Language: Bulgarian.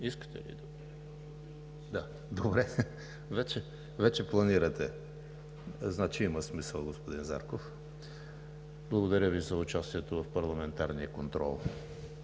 искате ли дуплика? Да, добре, вече планирате. Значи има смисъл, господин Зарков. Благодаря Ви за участието в парламентарния контрол,